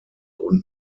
und